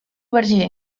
verger